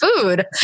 food